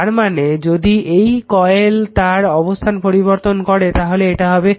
তারমানে যদি একটি কয়েল তার অবস্থান পরিবর্তন করে তাহলে এটা হবে L1 2 M